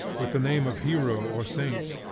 with the name of hero or saint.